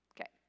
Okay